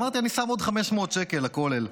אמרתי: אני שם עוד 500 שקל לכולל.